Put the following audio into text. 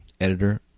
Editor